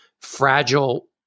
fragile